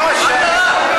לא שמית.